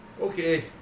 Okay